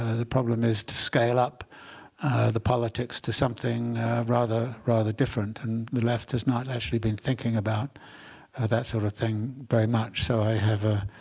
ah the problem is to scale up the politics to something rather rather different. and the left has not actually been thinking about that sort of thing very much. so i have a